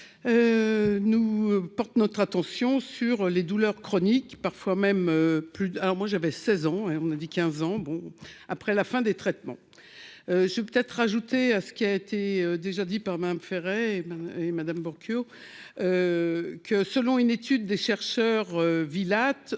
nous porte notre attention sur les douleurs chroniques, parfois même plus alors moi j'avais 16 ans et on a dit 15 ans bon après la fin des traitements, je vais peut-être rajouter à ce qui a été déjà dit par Madame Ferret et Madame Morchio que, selon une étude des chercheurs villa